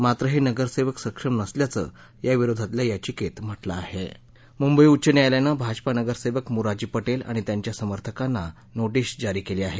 मात्र हे नगरसेवक सक्षम नसल्याचं या विरोधातल्या याचिकेत म्हटलं आहे मुंबई उच्च न्यायालयानं भाजपा नगरसेवक म्राजी पटेल आणि त्यांच्या समर्थकांना नोटीस जारी केली आहे